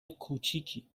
کوچیکی